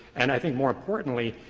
and i think more importantly,